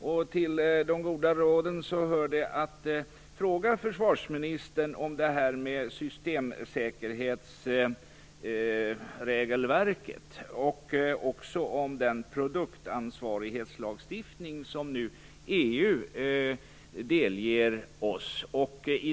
Jag har bl.a. fått rådet att fråga försvarsministern om systemsäkerhetsregelverket och om den produktansvarighetslagstiftning som EU delger oss.